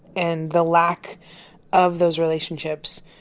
and the lack of those relationships,